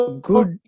good